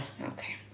Okay